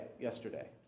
yesterday